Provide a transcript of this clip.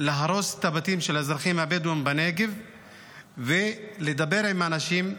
להרוס את הבתים של האזרחים הבדואים בנגב ולדבר עם האנשים,